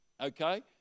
Okay